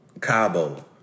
Cabo